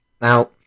Now